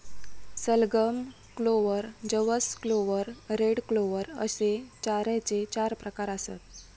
सलगम, क्लोव्हर, जवस clover, red clover अश्ये चाऱ्याचे चार प्रकार आसत